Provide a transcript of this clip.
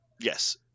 Yes